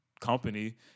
company